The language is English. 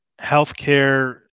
healthcare